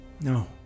No